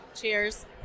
Cheers